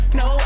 no